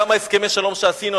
גם הסכמי השלום שעשינו,